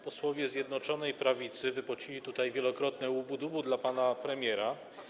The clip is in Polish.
Posłowie Zjednoczonej Prawicy wygłosili tutaj wielokrotnie łubu-dubu dla pana premiera.